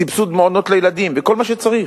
סבסוד מעונות לילדים וכל מה שצריך.